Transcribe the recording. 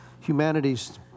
humanities